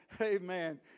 Amen